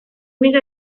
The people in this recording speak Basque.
mila